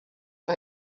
for